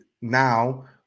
now